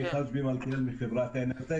אני מחברת אנלטק.